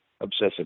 obsessive